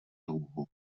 louhu